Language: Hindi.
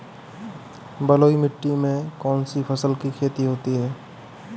बलुई मिट्टी में कौनसी फसल की खेती होती है?